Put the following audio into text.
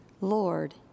Lord